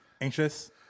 anxious